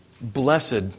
blessed